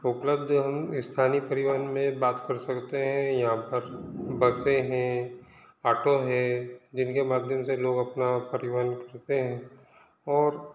उपलब्ध हम स्थानीय परिवहन में बात कर सकते हैं यहाँ पर बसें हैं ऑटो है जिनके माध्यम से लोग अपना परिवहन करते हैं और